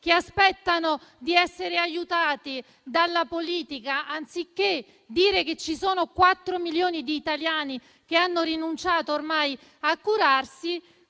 che aspettano di essere aiutati dalla politica; anziché dire che ci sono quattro milioni di italiani che ormai hanno rinunciato a curarsi,